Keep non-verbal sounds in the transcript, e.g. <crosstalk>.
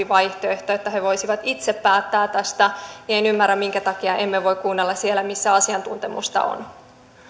<unintelligible> vaihtoehto että he voisivat itse päättää tästä niin en ymmärrä minkä takia emme voi kuunnella siellä missä asiantuntemusta on